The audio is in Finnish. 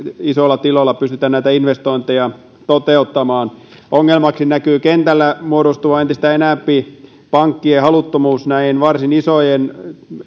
isoilla tiloilla pystytään investointeja toteuttamaan ongelmaksi näkyy kentällä entistä enempi muodostuvan pankkien haluttomuus varsin isojen